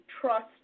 trust